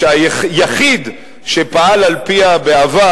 והיחיד שפעל על-פיה בעבר,